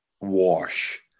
wash